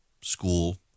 school